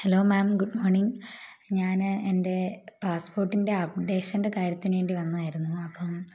hello ma'am good മോണിങ് ഞാൻ എന്റെ പാസ്പോട്ടിൻ്റെ അപ്ഡേഷൻ്റെ കാര്യത്തിന് വേണ്ടി വന്നതായിരുന്നു അപ്പം